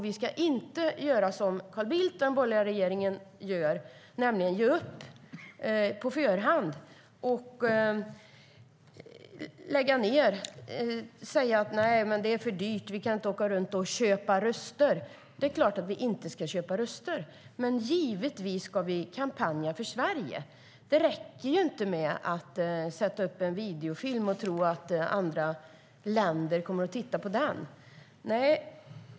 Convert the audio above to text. Vi ska inte göra som Carl Bildt och den borgerliga regeringen gör, nämligen ge upp på förhand och säga: Det är för dyrt - vi kan inte åka runt och köpa röster. Nej, det är klart att vi inte ska köpa röster. Men givetvis ska vi kampanja för Sverige. Det räcker inte med att sätta upp en videofilm och tro att andra länder kommer att titta på den.